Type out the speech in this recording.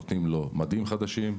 נותנים לו מדים חדשים,